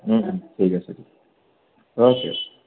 ঠিক আছে দিয়ক অ'কে